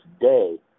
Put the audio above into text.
day